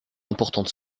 importante